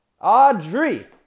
Audrey